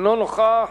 אינו נוכח.